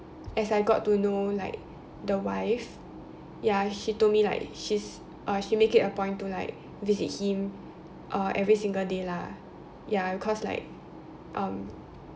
as I got to know like the wife ya she told me like she's uh she make it a point to like visit him uh every single day lah ya cause like um